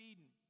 Eden